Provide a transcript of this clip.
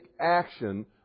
action